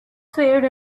swayed